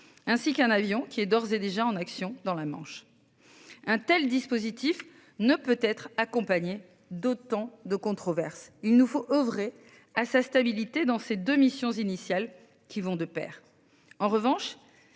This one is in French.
ainsi qu'un avion qui est d'ores et déjà en action dans la Manche. Un tel dispositif ne peut être accompagnée d'autant de controverse, il nous faut oeuvrer à sa stabilité dans ces deux missions initiales qui vont de Pair. En revanche.